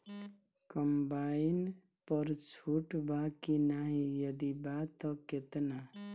Combine पर छूट बा की नाहीं यदि बा त केतना?